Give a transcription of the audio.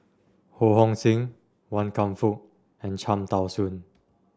Ho Hong Sing Wan Kam Fook and Cham Tao Soon